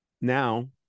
now